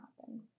happen